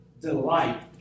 delight